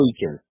weekend